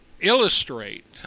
illustrate